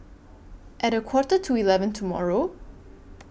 At A Quarter to eleven tomorrow